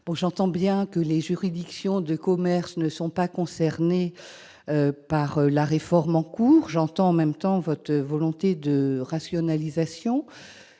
J'entends bien que les juridictions commerciales ne sont pas concernées par la réforme en cours, j'entends aussi votre volonté de rationalisation,